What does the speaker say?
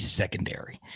secondary